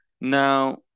Now